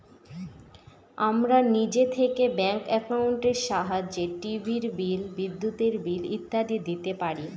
আমরা নিজে থেকে ব্যাঙ্ক একাউন্টের সাহায্যে টিভির বিল, বিদ্যুতের বিল ইত্যাদি দিতে পারি